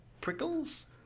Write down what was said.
prickles